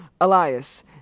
Elias